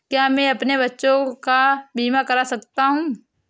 क्या मैं अपने बच्चों का बीमा करा सकता हूँ?